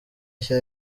nshya